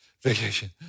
Vacation